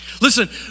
Listen